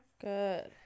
Good